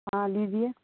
ہاں لیجیے